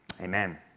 Amen